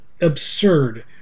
absurd